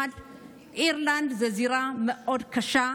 אירלנד זאת זירה מאוד קשה,